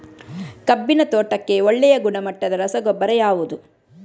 ಕಬ್ಬಿನ ತೋಟಕ್ಕೆ ಒಳ್ಳೆಯ ಗುಣಮಟ್ಟದ ರಸಗೊಬ್ಬರ ಯಾವುದು?